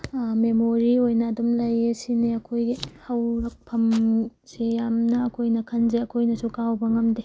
memory ꯑꯣꯏꯅ ꯑꯗꯨꯝ ꯂꯩꯌꯦ ꯁꯤꯅꯦ ꯑꯩꯈꯣꯏꯒꯤ ꯍꯧꯔꯛꯐꯝꯁꯦ ꯌꯥꯝꯅ ꯑꯩꯈꯣꯏꯅ ꯈꯟꯖ ꯑꯩꯈꯣꯏꯅꯁꯨ ꯀꯥꯎꯕ ꯉꯝꯗꯦ